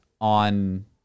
on